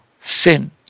sin